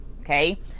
okay